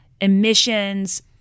emissions